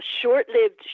short-lived